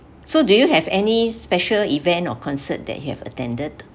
so do you have any special event or concert that you have attended